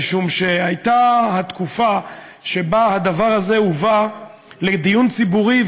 משום שהייתה התקופה שבה הדבר הזה הובא לדיון ציבורי,